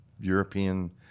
European